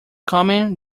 coming